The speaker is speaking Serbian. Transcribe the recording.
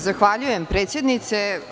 Zahvaljujem predsednice.